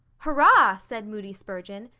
hurrah! said moody spurgeon.